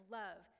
love